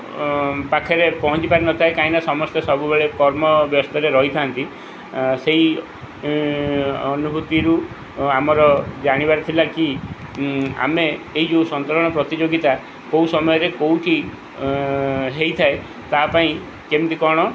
ପାଖରେ ପହଞ୍ଚି ପାରିନଥାଏ କାହିଁକିନା ସମସ୍ତେ ସବୁବେଳେ କର୍ମ ବ୍ୟସ୍ତରେ ରହିଥାନ୍ତି ସେହି ଅନୁଭୂତିରୁ ଆମର ଜାଣିବାର ଥିଲା କି ଆମେ ଏହି ଯେଉଁ ସନ୍ତରଣ ପ୍ରତିଯୋଗିତା କେଉଁ ସମୟରେ କେଉଁଠି ହୋଇଥାଏ ତା ପାଇଁ କେମିତି କ'ଣ